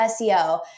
SEO